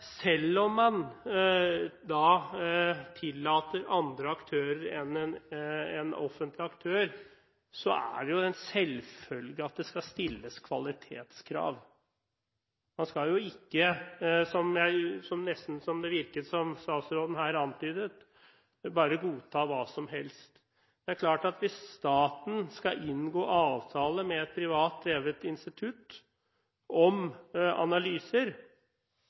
selv om man tillater andre aktører enn en offentlig aktør – en selvfølge at det skal stilles kvalitetskrav. Man skal jo ikke – som det virket som om statsråden her antydet – bare godta hva som helst. Hvis staten skal inngå avtale med et privat drevet institutt om analyser,